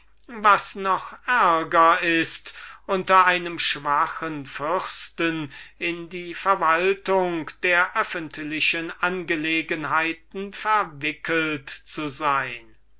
welches ist ärger unter einem schwachen fürsten in die verwaltung der öffentlichen angelegenheiten verwickelt zu sein